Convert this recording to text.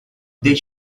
did